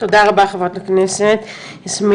תודה רבה, חברת הכנסת יסמין.